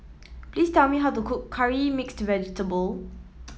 please tell me how to cook Curry Mixed Vegetable